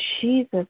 Jesus